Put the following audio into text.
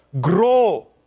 Grow